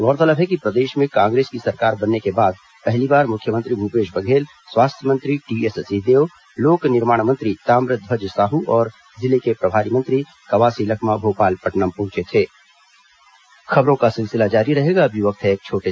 गौरतलब है कि प्रदेश में कांग्रेस की सरकार बनने के बाद पहली बार मुख्यमंत्री भूपेश बघेल स्वास्थ्य मंत्री टीएस सिंहदेव लोक निर्माण मंत्री ताम्रध्वज साहू और जिले के प्रभारी मंत्री कवासी लखमा भोपालपट्नम पहुंचे थे